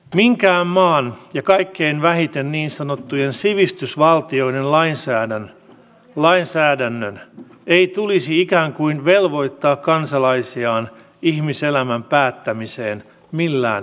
minkään maan ja kaikkein vähiten niin sanottujen sivistysvaltioiden lainsäädännön ei tulisi ikään kuin velvoittaa kansalaisiaan ihmiselämän päättämiseen millään verukkeella